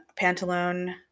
Pantalone